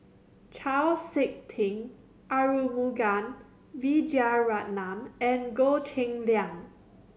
Chau Sik Ting Arumugam Vijiaratnam and Goh Cheng Liang